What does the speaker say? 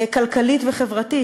כלכלית וחברתית.